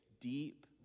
deep